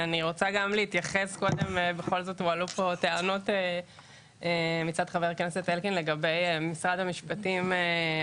אני רוצה להתייחס לטענות שהועלו מצד חבר הכנסת אלקין לגבי משרד המשפטים.